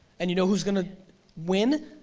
and you know who's gonna win,